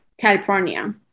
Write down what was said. california